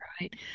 right